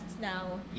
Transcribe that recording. now